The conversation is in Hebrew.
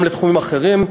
גם לתחומים אחרים,